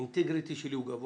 האינטיגריטי שלי הוא גבוה.